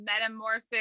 metamorphic